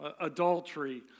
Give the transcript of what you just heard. adultery